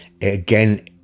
again